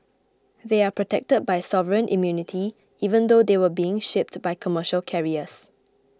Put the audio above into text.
they are protected by sovereign immunity even though they were being shipped by commercial carriers